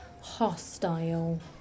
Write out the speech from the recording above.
hostile